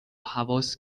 هواس